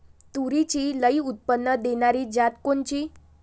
तूरीची लई उत्पन्न देणारी जात कोनची?